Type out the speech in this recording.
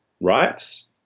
rights